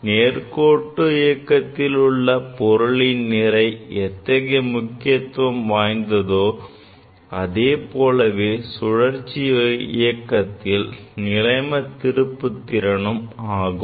நேர்கோட்டு இயக்கத்தில் உள்ள பொருளின் நிறை எத்தகைய முக்கியத்துவம் வாய்ந்ததோ அதுபோலவே சுழற்சி இயக்கத்தில் நிலைம திருப்புத்திறனும் ஆகும்